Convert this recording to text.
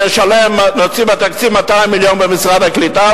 נוציא מהתקציב 200 מיליון למשרד הקליטה,